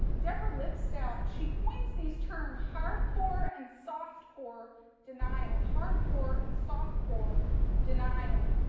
deborah lipstadt, she coins these term hardcore and soft core denial, hardcore and soft core denial.